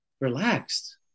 relaxed